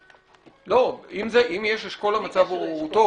--- לא, אם יש אשכול המצב הוא טוב.